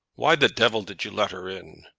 why the devil did you let her in?